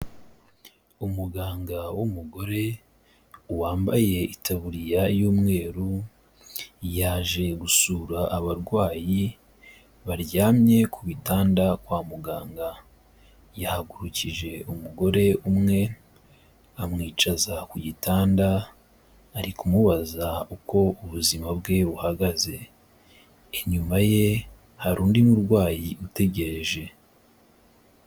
Umuganga w'umugore wambaye itaburiya y'umweru, yaje gusura abarwayi baryamye ku bitanda kwa muganga. Yahagurukije umugore umwe amwicaza ku gitanda, ari kumubaza uko ubuzima bwe buhagaze. Inyuma ye hari undi murwayi utegereje.